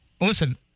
listen